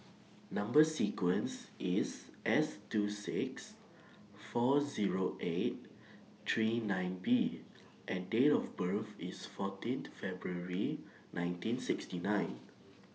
Number sequence IS S two six four Zero eight three nine B and Date of birth IS fourteenth February nineteen sixty nine